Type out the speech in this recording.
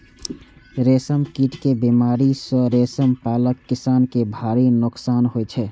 रेशम कीट के बीमारी सं रेशम पालक किसान कें भारी नोकसान होइ छै